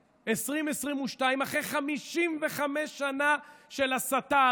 אחרי 55 שנה של הסתה,